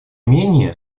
менее